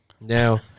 Now